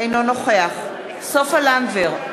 אינו נוכח סופה לנדבר,